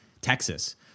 Texas